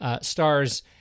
stars